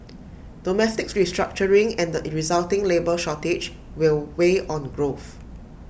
domestic restructuring and the resulting labour shortage will weigh on growth